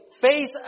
face